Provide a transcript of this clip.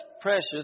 precious